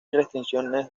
restricciones